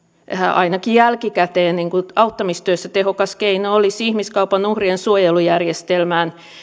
ainakin jälkikäteen auttamistyössä tehokas keino olisi ihmiskaupan uhrien suojelujärjestelmään